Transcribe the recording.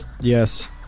Yes